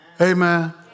Amen